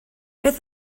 beth